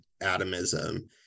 atomism